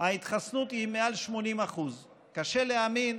ההתחסנות היא מעל 80%. קשה להאמין,